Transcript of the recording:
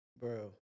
bro